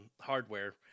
hardware